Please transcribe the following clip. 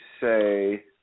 say